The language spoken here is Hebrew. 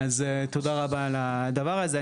אז תודה רבה על הדבר הזה.